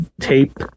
tape